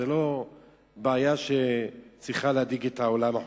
זו לא בעיה שצריכה להדאיג את העולם החופשי.